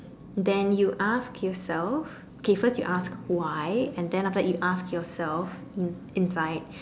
then you ask yourself K first you ask why then after that you ask yourself in inside